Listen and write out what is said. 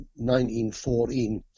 1914